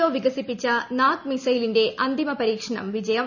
O വികസിപ്പിച്ചു നാഗ് മിസൈലിന്റെ അന്തിമപരീക്ഷണം വിജയം